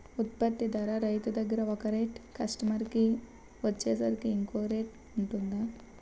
ఉత్పత్తి ధర రైతు దగ్గర ఒక రేట్ కస్టమర్ కి వచ్చేసరికి ఇంకో రేట్ వుంటుందా?